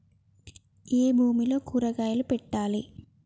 ఏ భూమిలో కూరగాయలు పెట్టాలి?